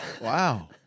Wow